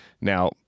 now